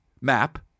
map